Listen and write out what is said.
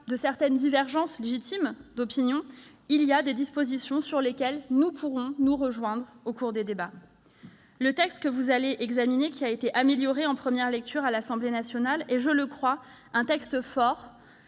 de certaines divergences d'opinion légitimes, il y a des dispositions sur lesquelles nous pourrons nous rejoindre au cours des débats. Le texte que vous allez examiner, qui a été amélioré en première lecture par l'Assemblée nationale, est, je le crois, un texte fort